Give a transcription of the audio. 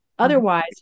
Otherwise